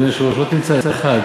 אדוני היושב-ראש, לא תמצא אחד